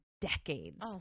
Decades